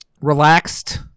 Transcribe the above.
relaxed